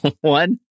One